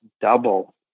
double